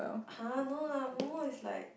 !huh! no lah Momo is like